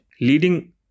Leading